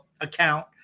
account